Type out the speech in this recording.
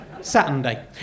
Saturday